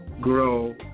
grow